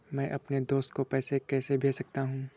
मैं अपने दोस्त को पैसे कैसे भेज सकता हूँ?